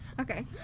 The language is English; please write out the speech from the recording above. Okay